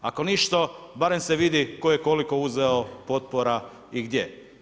Ako ništa, barem se vidi tko je koliko uzeo potpora i gdje.